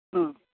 हां